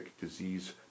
disease